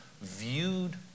viewed